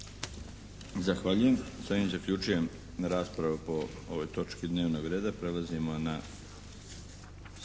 Zahvaljujem. S ovim zaključujem raspravu po ovoj točki dnevnog reda. **Šeks,